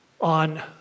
on